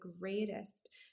greatest